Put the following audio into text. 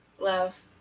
love